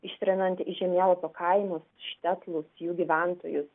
ištrinantį iš žemėlapio kaimus štetlus jų gyventojus